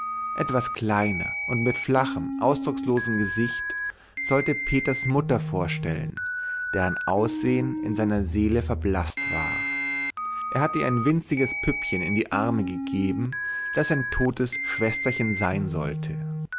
etwas kleiner und mit flachem ausdruckslosem gesicht sollte peters mutter vorstellen deren aussehen in seiner seele verblaßt war er hatte ihr ein winziges püppchen in die arme gegeben das sein totes schwesterchen sein sollte